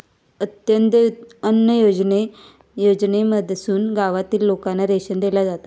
अंत्योदय अन्न योजनेमधसून गावातील लोकांना रेशन दिला जाता